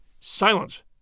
Silence